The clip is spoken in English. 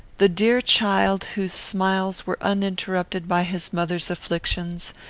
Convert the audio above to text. the dear child, whose smiles were uninterrupted by his mother's afflictions,